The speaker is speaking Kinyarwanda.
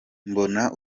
mbona